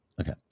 Okay